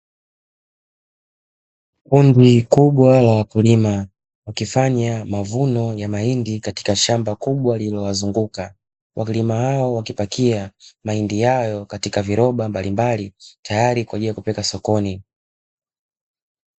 Kundi kubwa la wakulima wakifanya mavuno ya mahindi katika shamba kubwa lililowazunguka, wakulima hao wakipakia mahindi hayo katika viroba mbalimbali tayari kwa ajili ya kupeleka sokoni.